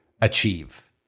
achieve